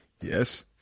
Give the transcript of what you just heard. Yes